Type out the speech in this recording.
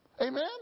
Amen